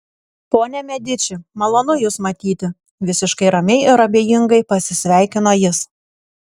ponia mediči malonu jus matyti visiškai ramiai ir abejingai pasisveikino jis